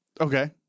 Okay